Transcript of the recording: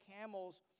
camels